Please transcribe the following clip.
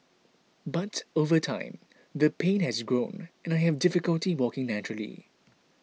but over time the pain has grown and I have difficulty walking naturally